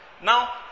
Now